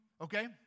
Okay